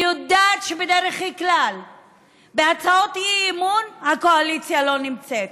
אני יודעת שבדרך כלל בהצעות אי-אמון הקואליציה לא נמצאת,